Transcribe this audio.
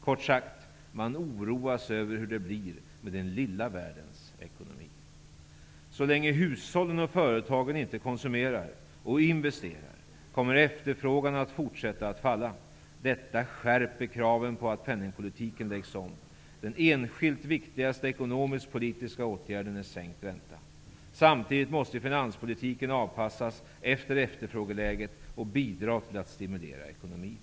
Kort sagt, man oroas över hur det blir med den lilla världens ekonomi. Så länge hushållen och företagen inte konsumerar och investerar kommer efterfrågan att fortsätta att falla. Detta skärper kraven på att penningpolitiken läggs om. Den enskilt viktigaste ekonomiskpolitiska åtgärden är sänkt ränta. Samtidigt måste finanspolitiken avpassas efter efterfrågeläget och bidra till att stimulera ekonomin.